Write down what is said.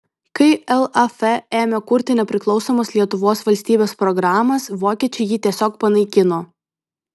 kai laf ėmė kurti nepriklausomos lietuvos valstybės programas vokiečiai jį tiesiog panaikino